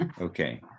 Okay